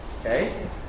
Okay